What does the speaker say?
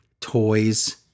toys